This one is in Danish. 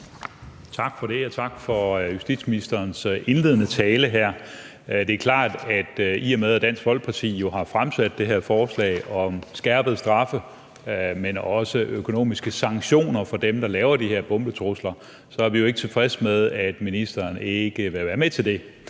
Tak for det. Og tak for justitsministerens indledende tale. Det er klart, at i og med at Dansk Folkeparti har fremsat det her forslag om skærpede straffe til og økonomiske sanktioner over for dem, der laver de her bombetrusler, så er vi jo ikke tilfredse med, at ministeren ikke vil være med til det.